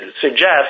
suggest